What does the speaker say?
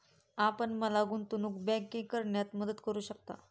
आपण मला गुंतवणूक बँकिंग करण्यात मदत करू शकता?